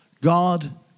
God